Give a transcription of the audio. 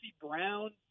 Brown